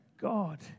God